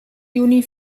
juni